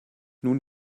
nun